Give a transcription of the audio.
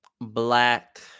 black